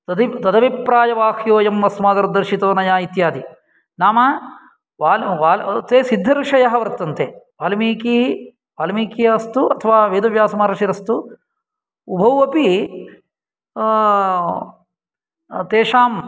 तदभिप्रायवाक्योयम् अस्मदर्दर्शितोनया इत्यादि नाम ते सिद्धऋषयः वर्तन्ते वाल्मीकी वाल्मीकिः अस्तु अथवा वेदव्यासमहर्षिरस्तु उभौ अपि तेषां